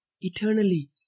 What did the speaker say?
eternally